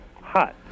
Hot